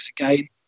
again